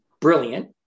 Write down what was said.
brilliant